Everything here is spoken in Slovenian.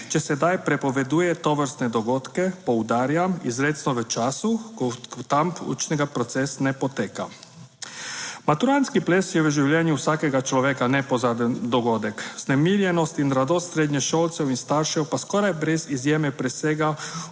če sedaj prepoveduje tovrstne dogodke, poudarjam, izrecno v času, ko tam učni proces ne poteka. Maturantski ples je v življenju vsakega človeka nepozaben dogodek, vznemirjenost in radost srednješolcev in staršev pa skoraj brez izjeme presega